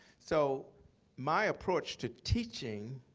so my approach to teaching